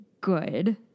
good